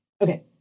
Okay